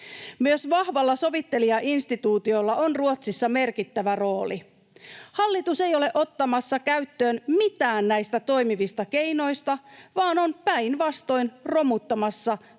Myös vahvalla sovittelijainstituutiolla on Ruotsissa merkittävä rooli. Hallitus ei ole ottamassa käyttöön mitään näistä toimivista keinoista, vaan on päinvastoin romuttamassa myös